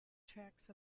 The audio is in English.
tracks